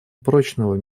прочного